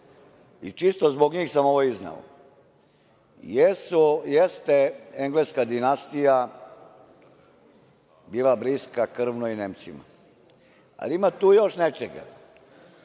i čisto zbog njih sam ovo izneo. Jeste engleska dinastija bila bliska krvno i Nemcima, ali ima tu još nečega,